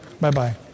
Bye-bye